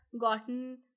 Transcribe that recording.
gotten